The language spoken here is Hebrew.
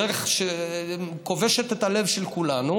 דרך שכובשת את הלב של כולנו.